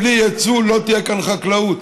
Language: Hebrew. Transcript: בלי יצוא לא תהיה כאן חקלאות.